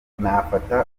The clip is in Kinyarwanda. nafata